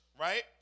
right